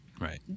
right